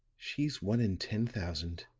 she's one in ten thousand.